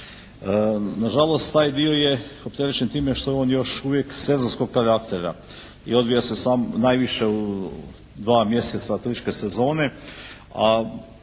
Nažalost, taj dio je opterećen time što je on još uvijek sezonskog karaktera i odvija se najviše u dva mjeseca turističke sezone.